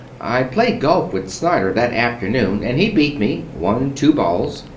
i played golf with snyder that afternoon and he beat me. won two balls.